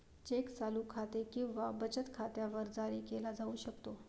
check चालू खाते किंवा बचत खात्यावर जारी केला जाऊ शकतो